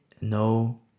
no